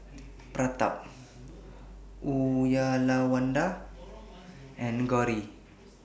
Pratap Uyyalawada and Gauri